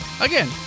Again